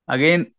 Again